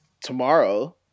Tomorrow